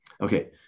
Okay